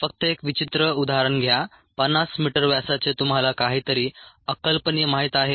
फक्त एक विचित्र उदाहरण घ्या 50 मीटर व्यासाचे तुम्हाला काहीतरी अकल्पनीय माहित आहे